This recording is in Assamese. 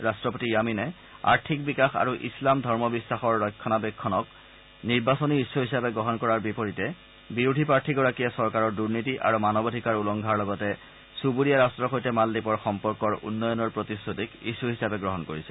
ৰাষ্ট্ৰপতি য়ামিনে আৰ্থিক বিকাশ আৰু ইছলাম ধৰ্ম বিশ্বাসৰ ৰক্ষণাবেক্ষণক নিৰ্বাচনী ইচ্যু হিচাপে গ্ৰহণ কৰাৰ বিপৰীতে বিৰোধী প্ৰাৰ্থীগৰাকীয়ে চৰকাৰৰ দুৰ্নীতি আৰু মানৱ অধিকাৰ উলংঘাৰ লগতে চূবুৰীয়া ৰাট্টৰ সৈতে মালদ্বীপৰ সম্পৰ্কৰ উন্নয়নৰ প্ৰতিশ্ৰুতিক ইচ্যু হিচাপে গ্ৰহণ কৰিছে